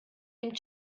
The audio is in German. dem